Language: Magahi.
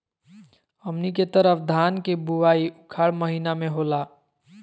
हमनी के तरफ धान के बुवाई उखाड़ महीना में होला